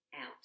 out